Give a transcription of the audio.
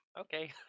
Okay